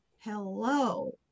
Hello